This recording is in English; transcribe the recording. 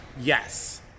yes